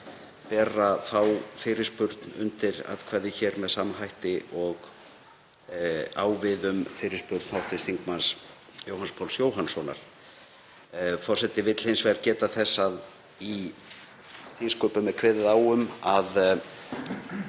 bera þá fyrirspurn undir atkvæði hér með sama hætti og á við um fyrirspurn hv. þm. Jóhanns Páls Jóhannssonar. Forseti vill hins vegar geta þess að í þingsköpum er kveðið á um að